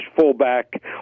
fullback